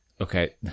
okay